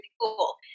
cool